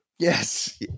Yes